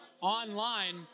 online